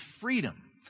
freedom